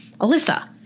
Alyssa